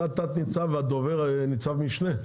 אתה תת ניצב והדובר ניצב משנה?